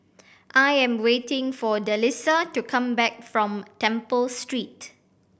I am waiting for Delisa to come back from Temple Street